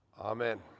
Amen